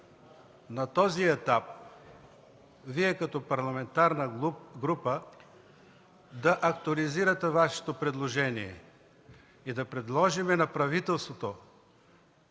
на този етап Вие като парламентарна група да актуализирате Вашето предложение и да предложим на правителството